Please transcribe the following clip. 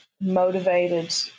motivated